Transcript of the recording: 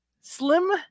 slim